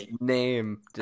name